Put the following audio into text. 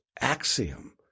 axiom